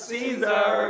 Caesar